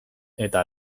eta